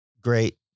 great